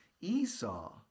Esau